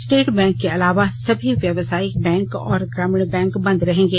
state Bank के अलावा सभी व्यावसायिक बैंक और ग्रामीण बैंक बंद रहेंगे